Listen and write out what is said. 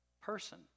person